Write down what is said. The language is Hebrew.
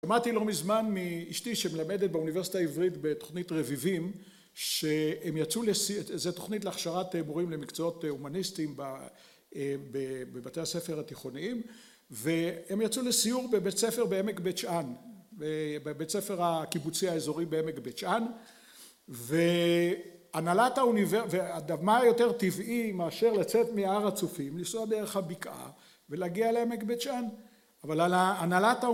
למדתי לא מזמן מאשתי שמלמדת באוניברסיטה העברית בתכנית רביבים, שהם יצאו לסיור, זו תכנית לכשרת מורים למקצועות הומניסטיים בבתי הספר התיכוניים והם יצאו לסיור בבית ספר בעמק בית שאן בבית הספר הקיבוצי האזורי בעמק בית שאן והנהלת האוניברסיטה, הד...מה יותר טבעי היא מאשר לצאת מהר הצופים, לנסוע דרך הביקעה, ולהגיע לעמק בית שאן, אבל הנהלת האוניברסיטה